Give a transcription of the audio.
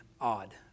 odd